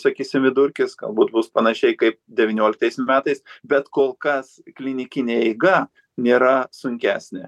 sakysim vidurkis galbūt bus panašiai kaip devynioliktais metais bet kol kas klinikinė eiga nėra sunkesnė